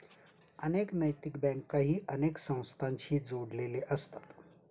अनेक नैतिक बँकाही अनेक संस्थांशी जोडलेले असतात